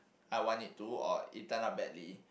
I want it to or it turn out badly